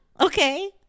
Okay